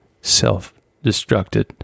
self-destructed